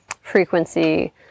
frequency